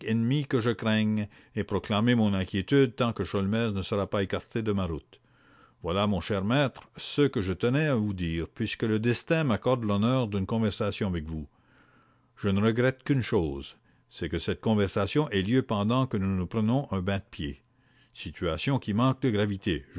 ennemi que je craigne et proclamer mon inquiétude tant que sholmès ne sera pas écarté de ma route voilà mon cher maître ce que je tenais à vous dire puisque le destin m'accorde l'honneur d'une conversation avec vous je ne regrette qu'une chose c'est que cette conversation ait lieu pendant que nous prenons un bain de pieds situation qui manque de gravité